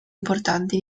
importanti